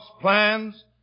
plans